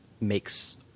makes